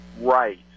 right